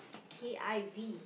K_I_V